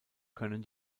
können